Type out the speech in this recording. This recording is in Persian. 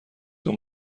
اون